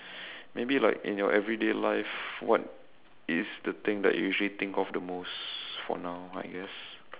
maybe like in your everyday life what is the thing that you usually think of the most for now I guess